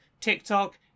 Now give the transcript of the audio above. tiktok